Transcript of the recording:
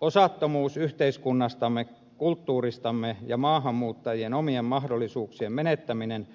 osattomuus yhteiskunnastamme kulttuuristamme ja maahanmuuttajien omien mahdollisuuksien menettäminen